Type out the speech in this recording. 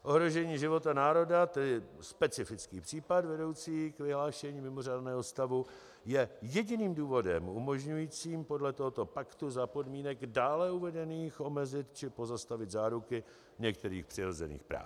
Ohrožení života národa, tedy specifický případ vedoucí k vyhlášení mimořádného stavu, je jediným důvodem umožňujícím podle tohoto paktu za podmínek dále uvedených omezit či pozastavit záruky některých přirozených práv.